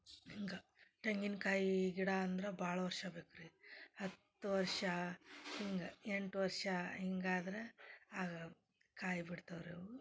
ಹಿಂಗೆ ತೆಂಗಿನ್ಕಾಯಿ ಗಿಡ ಅಂದ್ರೆ ಭಾಳ ವರ್ಷ ಬೇಕು ರೀ ಹತ್ತು ವರ್ಷ ಹಿಂಗೆ ಎಂಟು ವರ್ಷ ಹಿಂಗಾದ್ರೆ ಆಗ ಕಾಯಿ ಬಿಡ್ತಾವೆ ರೀ ಅವು